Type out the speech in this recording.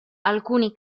alcuni